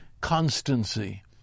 constancy